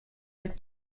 être